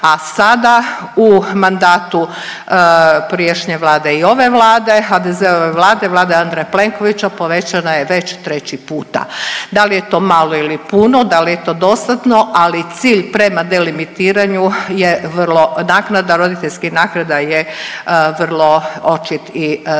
a sada u mandatu prijašnje vlade i ove vlade HDZ-ove vlade, vlade Andreja Plenkovića povećana je već 3 puta. Da li je to malo ili puno, da li je to dostatno, ali cilj prema delimitiranju je vrlo, naknada roditeljskih naknada je vrlo očit i